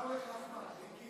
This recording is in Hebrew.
מיקי, נגמר לך הזמן.